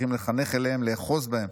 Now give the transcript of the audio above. צריכים לחנך אליהם, לאחוז בהם,